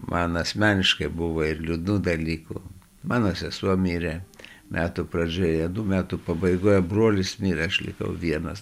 man asmeniškai buvo ir liūdnų dalykų mano sesuo mirė metų pradžioje anų metų pabaigoje brolis mirė aš likau vienas